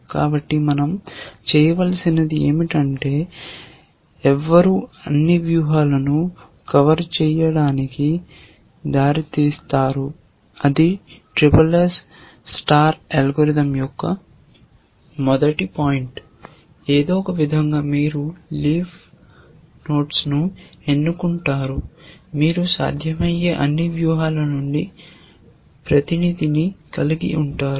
కాబట్టి మనం చేయవలసింది ఏమిటంటే ఎవరు అన్ని వ్యూహాలను కవర్ చేయడానికి దారితీస్తారు అది SSS SSS స్టార్ అల్గోరిథం యొక్క మొదటి పాయింట్ ఏదో ఒకవిధంగా మీరు లీఫ్ లను ఎన్నుకుంటారు మీకు సాధ్యమయ్యే అన్ని వ్యూహాల నుండి ప్రతినిధిని కలిగి ఉంటారు